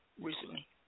recently